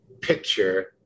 picture